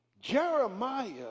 Jeremiah